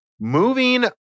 Moving